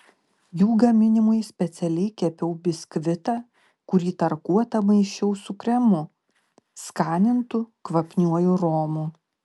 jų gaminimui specialiai kepiau biskvitą kurį tarkuotą maišiau su kremu skanintu kvapniuoju romu